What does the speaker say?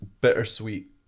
bittersweet